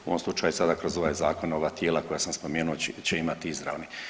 U ovom slučaju sada kroz ovaj zakon ova tijela koja sam spomenuo će imati izravni.